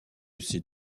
ces